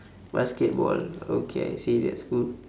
basketball okay serious oo